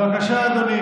בבקשה, אדוני.